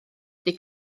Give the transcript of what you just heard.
ydi